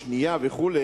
שנייה וכו',